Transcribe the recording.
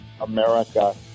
America